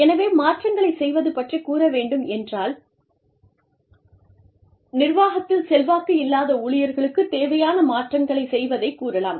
எனவே மாற்றங்களை செய்வது பற்றிக் கூற வேண்டும் என்றால் நிர்வாகத்தில் செல்வாக்கு இல்லாத ஊழியர்களுக்கு தேவையான மாற்றங்களைச் செய்வதை கூறலாம்